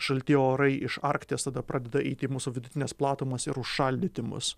šalti orai iš arkties tada pradeda eiti į mūsų vidutines platumas ir užšaldyti mus